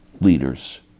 leaders